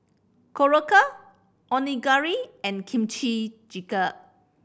Korokke Onigiri and Kimchi Jjigae